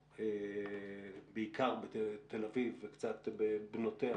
בעיקר בתל אביב וקצת בבנותיה